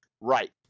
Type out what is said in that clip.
right